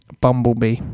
Bumblebee